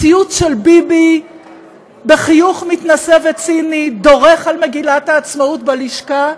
ציוץ של ביבי בחיוך מתנשא וציני דורך על מגילת העצמאות בלשכה?